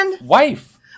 wife